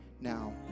now